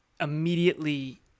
immediately